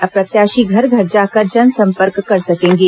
अब प्रत्याशी घर घर जाकर जनसंपर्क कर सकेंगे